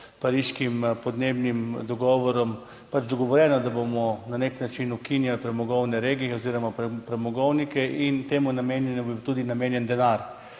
s pariškim podnebnim dogovorom dogovorjeno, da bomo na nek način ukinjali premogovne regije oziroma premogovnike, in temu je bil namenjen tudi denar.